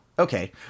Okay